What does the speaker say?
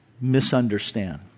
misunderstand